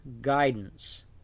guidance